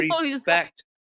respect